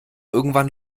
irgendwann